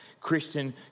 Christian